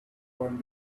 one